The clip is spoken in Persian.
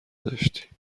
داشتی